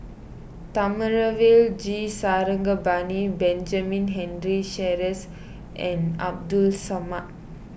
Thamizhavel G Sarangapani Benjamin Henry Sheares and Abdul Samad